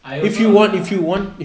I also ah ya